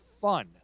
fun